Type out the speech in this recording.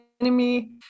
enemy